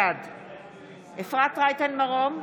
בעד אפרת רייטן מרום,